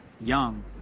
young